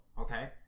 Okay